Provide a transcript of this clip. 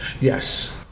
yes